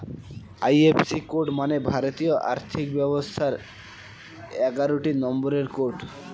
IFC code মানে ভারতীয় আর্থিক ব্যবস্থার এগারোটি নম্বরের কোড